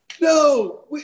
no